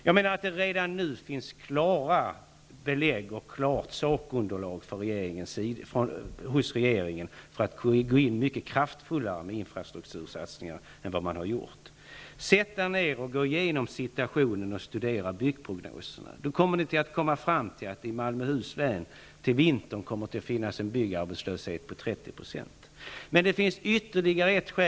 Jag menar att regeringen redan nu har klara belägg och ett klart sakunderlag för att mycket kraftfullare än hittills gå in med infrastruktursatsningar. Sätt er ner och gå igenom situationen och studera byggprognoserna! Ni kommer då att komma fram till att det i Malmöhus län till vintern kommer att finnas en byggarbetslöshet på 30 %. Kommunikationsministern bör också begrunda ytterligare ett skäl.